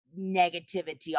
negativity